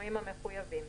בשינויים המחויבים".